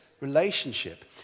relationship